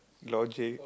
logic